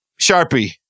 Sharpie